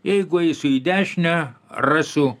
jeigu eisiu į dešinę rasiu